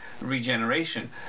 regeneration